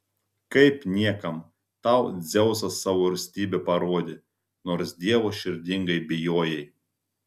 kaip niekam tau dzeusas savo rūstybę parodė nors dievo širdingai bijojai